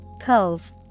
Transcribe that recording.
Cove